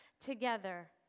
together